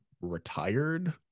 retired